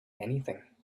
anything